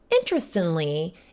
Interestingly